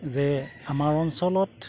যে আমাৰ অঞ্চলত